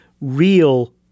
real